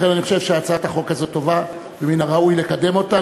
לכן אני חושב שהצעת החוק הזאת טובה ומן הראוי לקדם אותה,